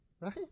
Right